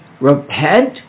repent